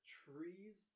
trees